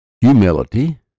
Humility